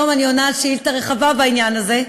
היום אני עונה על שאילתה רחבה בעניין הזה,